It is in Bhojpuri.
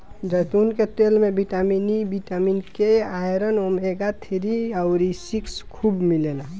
जैतून के तेल में vitamin E, vitamin K, iron, omega three अउरी सिक्स खूब मिलेला